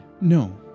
No